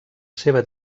seva